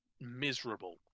miserable